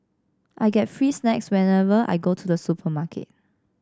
I get free snacks whenever I go to the supermarket